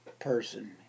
person